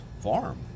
farm